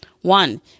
One